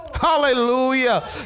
Hallelujah